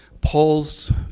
Paul's